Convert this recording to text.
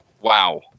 Wow